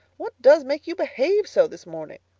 what does make you behave so this morning?